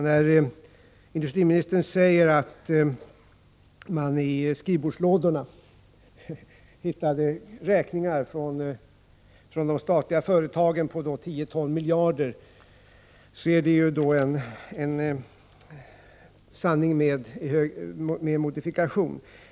När industriministern säger att man i skrivbordslådorna hittade räkningar från de statliga företagen på 10-12 miljarder, är det i hög grad en sanning med modifikation.